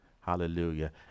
Hallelujah